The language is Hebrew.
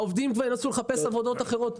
העובדים כבר ינסו לחפש עבודות אחרות.